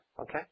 Okay